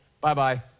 Bye-bye